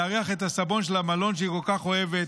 להריח את הסבון של המלון שהיא כל כך אוהבת,